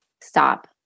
stop